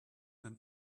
them